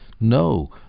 No